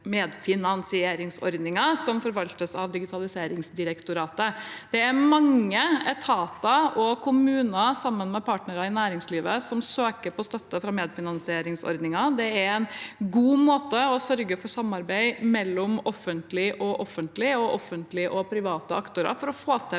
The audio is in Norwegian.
medfinansieringsordningen, som forvaltes av Digitaliseringsdirektoratet. Det er mange etater og kommuner sammen med partnere i næringslivet som søker på støtte fra medfinansieringsordningen. Det er en god måte å sørge for samarbeid på mellom offentlige og offentlige og offentlige og private aktører for å få til